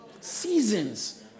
seasons